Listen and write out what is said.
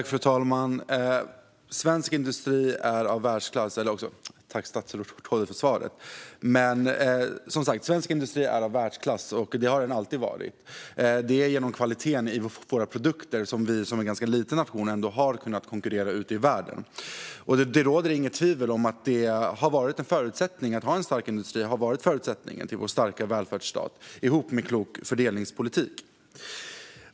Fru talman! Tack, statsrådet, för svaret! Svensk industri är av världsklass; det har den alltid varit. Det är genom kvaliteten på våra produkter som vi som ganska liten nation har kunnat konkurrera ute i världen. Och det råder inget tvivel om att en stark industri har varit förutsättningen för vår starka välfärdsstat, ihop med en klok fördelningspolitik.